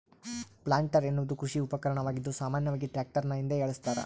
planter ಎನ್ನುವುದು ಕೃಷಿ ಉಪಕರಣವಾಗಿದ್ದು ಸಾಮಾನ್ಯವಾಗಿ ಟ್ರಾಕ್ಟರ್ನ ಹಿಂದೆ ಏಳಸ್ತರ